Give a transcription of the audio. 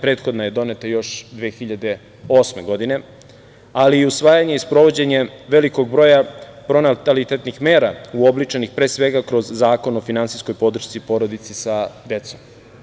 Prethodna je doneta još 2008. godine, ali i usvajanje i sprovođenje velikog broja pronatalitetnih mera uobličenih, pre svega, kroz Zakon o finansijskoj podršci porodici sa decom.